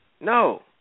No